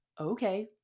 Okay